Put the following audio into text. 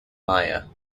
maya